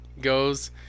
goes